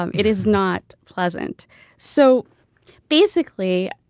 um it is not pleasant so basically,